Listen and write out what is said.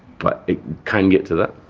but it can get to that.